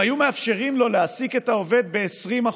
אם היו מאפשרים לו להעסיק את העובד ב-20%,